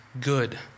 good